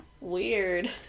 Weird